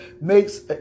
makes